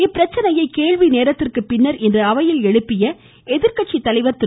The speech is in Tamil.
இப்பிரச்சனையை கேள்வி நேரத்திற்கு பின் இன்று அவையில் எழுப்பிய எதிர்க்கட்சி தலைவர் திரு